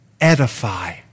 edify